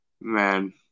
Man